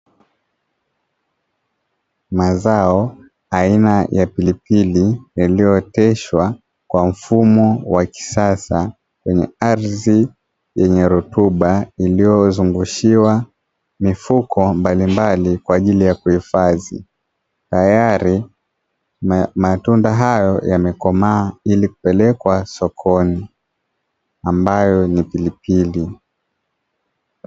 Mazao aina ya pilipili yaliyooteshwa kwa mfumo wa kisasa kwenye ardhi yenye rutuba, iliyozungushiwa mifuko mbalimbali kwa ajili ya kuhifadhia, tayari matunda hayo yamekomaa ili kupelekwa sokoni ambayo ni pilipili.